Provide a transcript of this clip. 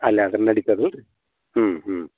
ಅಲ್ಲಿ ಆದ್ರೆ ನಡಿತದೆ ರೀ ಹ್ಞೂ ಹ್ಞೂ